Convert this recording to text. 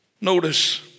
Notice